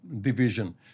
division